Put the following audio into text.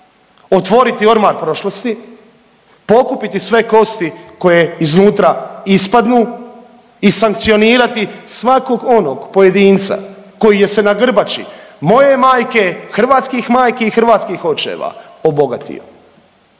otvoriti ormar prošlosti, pokupiti sve kosti koje iznutra ispadnu i sankcionirati svakog onog pojedinca koji se na grbači moje majke, hrvatskih majki i hrvatskih očeva obogatio,